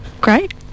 Great